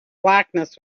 blackness